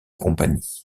compagnies